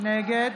נגד